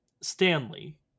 Stanley